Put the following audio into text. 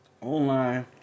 online